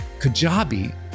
Kajabi